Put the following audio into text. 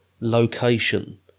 location